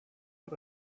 but